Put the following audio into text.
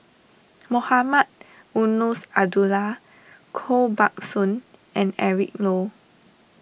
Mohamed Eunos Abdullah Koh Buck Song and Eric Low